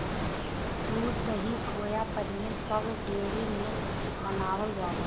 दूध, दही, खोवा पनीर सब डेयरी में बनावल जाला